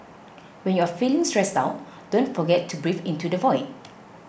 when you are feeling stressed out don't forget to breathe into the void